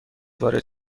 وارد